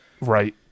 right